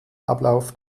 ablauf